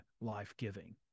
life-giving